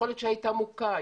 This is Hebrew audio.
יכול להיות שהייתה מוכה,